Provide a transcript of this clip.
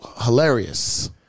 hilarious